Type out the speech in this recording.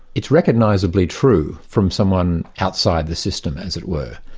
it's recognisably true from someone outside the system, as it were.